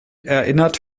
erinnert